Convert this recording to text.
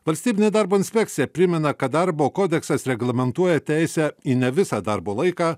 valstybinė darbo inspekcija primena kad darbo kodeksas reglamentuoja teisę į ne visą darbo laiką